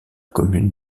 commune